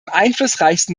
einflussreichsten